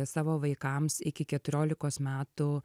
savo vaikams iki keturiolikos metų